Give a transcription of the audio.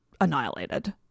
annihilated